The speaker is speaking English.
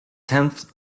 tenth